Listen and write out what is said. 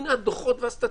הינה הדוחות והסטטיסטיקות.